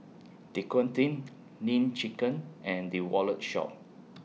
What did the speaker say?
Dequadin Nene Chicken and The Wallet Shop